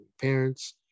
parents